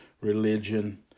religion